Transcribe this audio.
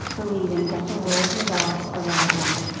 believing that the world revolves around him,